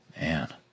man